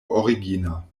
origina